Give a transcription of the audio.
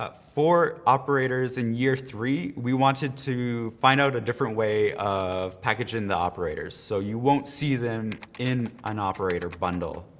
for operators in year three, we wanted to find out a different way of packaging the operators so you won't see them in an operator bundle,